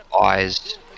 eyes